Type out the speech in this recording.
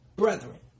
Brethren